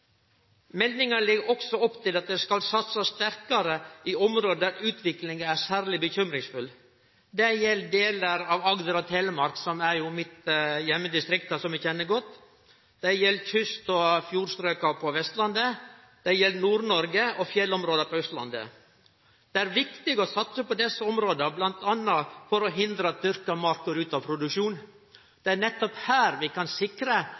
Meldinga legg også opp til at det skal satsast sterkare i område der utviklinga er særleg bekymringsfull. Det gjeld delar av Agder og Telemark – mitt heimdistrikt, som eg kjenner godt – det gjeld kyst- og fjordstrøka på Vestlandet, og det gjeld Nord-Noreg og fjellområda på Austlandet. Det er viktig å satse på desse områda, bl.a. for å hindre at dyrka mark går ut av produksjon. Det er nettopp slik vi kan sikre